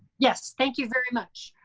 yes, thank you very much.